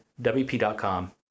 WP.com